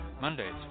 Mondays